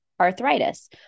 arthritis